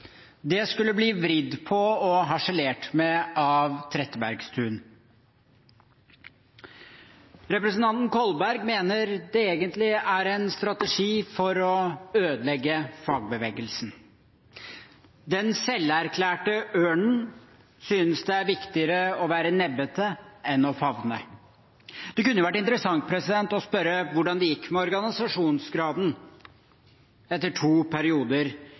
skulle bli vridd på og harselert med av Trettebergstuen. Representanten Kolberg mener det egentlig er en strategi for å ødelegge fagbevegelsen. Den selverklærte ørnen synes det er viktigere å være nebbete enn å favne. Det kunne jo vært interessant å spørre hvordan det har gått med organisasjonsgraden – etter to perioder